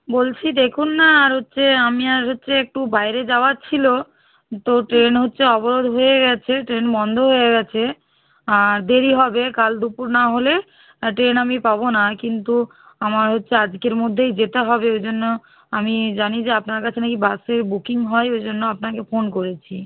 বলছি দেখুন না আর হচ্ছে আমি আর হচ্ছে একটু বাইরে যাওয়ার ছিল তো ট্রেন হচ্ছে অবরোধ হয়ে গিয়েছে ট্রেন বন্ধ হয়ে গিয়েছে আর দেরি হবে কাল দুপুর না হলে ট্রেন আমি পাব না কিন্তু আমার হচ্ছে আজকের মধ্যেই যেতে হবে ওই জন্য আমি জানি যে আপনার কাছে নাকি বাসের বুকিং হয় ওই জন্য আপনাকে ফোন করেছি